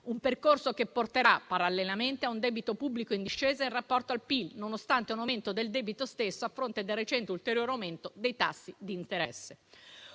un percorso che porterà, parallelamente, a un debito pubblico in discesa in rapporto al PIL, nonostante un aumento del debito stesso a fronte del recente ulteriore aumento dei tassi di interesse.